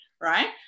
right